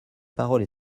parole